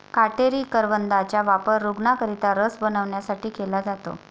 काटेरी करवंदाचा वापर रूग्णांकरिता रस बनवण्यासाठी केला जातो